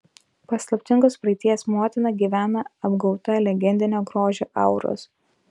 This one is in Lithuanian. paslaptingos praeities motina gyvena apgaubta legendinio grožio auros